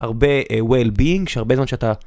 הרבה well-being שהרבה זמן שאתה...